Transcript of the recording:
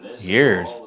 Years